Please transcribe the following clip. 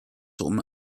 home